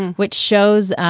which shows,